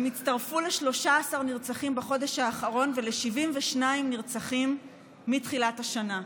הם הצטרפו ל-13 נרצחים בחודש האחרון ול-72 נרצחים מתחילת השנה.